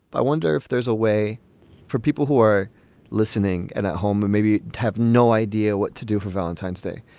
i wonder if there's a way for people who are listening in at home or maybe have no idea what to do for valentine's day.